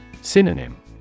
Synonym